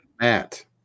Matt